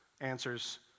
answers